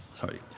sorry